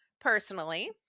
Personally